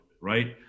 right